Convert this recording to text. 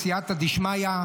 בסייעתא דשמיא,